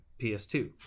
PS2